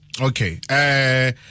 Okay